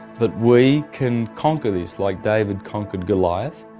but we can conquer these, like david conquered goliath,